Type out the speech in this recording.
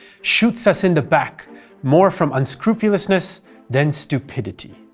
shoots us in the back more from unscrupulousness than stupidity.